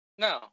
No